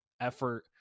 effort